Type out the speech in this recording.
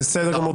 תודה רבה.